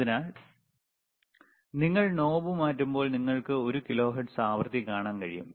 അതിനാൽ നിങ്ങൾ നോബ് മാറ്റുമ്പോൾ നിങ്ങൾക്ക് ഒരു കിലോഹെർട്സ് ആവൃത്തി കാണാൻ കഴിയും